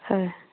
হয়